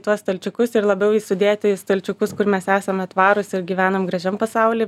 tuos stalčiukus ir labiau į sudėti į stalčiukus kur mes esame tvarūs ir gyvenam gražiam pasauly